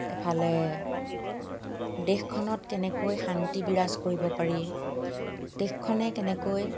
এফালে দেশখনত কেনেকৈ শান্তি বিৰাজ কৰিব পাৰি দেশখনে কেনেকৈ